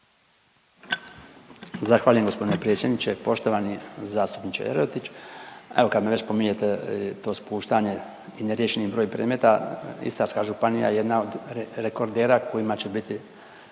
Zahvaljujem gospodine predsjedniče. Poštovani zastupniče Lerotić evo kad mi već spominjete to spuštanje i neriješeni broj predmeta Istarska županija je jedna od rekordera kojima će biti